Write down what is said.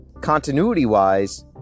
Continuity-wise